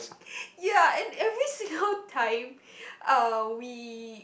ya and every single time uh we